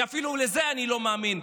כי אפילו לזה אני לא מאמין,